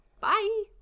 Bye